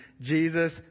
Jesus